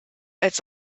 als